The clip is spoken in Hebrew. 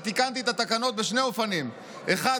תיקנתי את התקנות בשני אופנים: האחד,